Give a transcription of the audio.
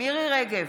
מירי מרים רגב,